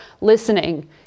listening